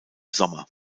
sommer